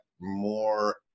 more